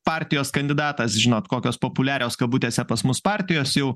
partijos kandidatas žinot kokios populiarios kabutėse pas mus partijos jau